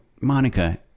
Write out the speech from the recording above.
Monica